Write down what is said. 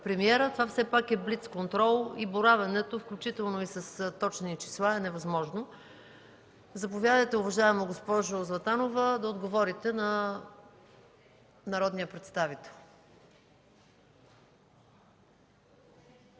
премиера. Това все пак е блицконтрол и боравенето, включително и с точни числа, е невъзможно. Заповядайте, уважаема госпожо Златанова, да отговорите на народния представител.